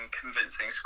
convincing